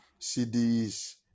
cds